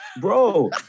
bro